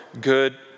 good